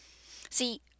See